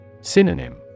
Synonym